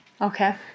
Okay